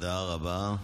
תודה רבה.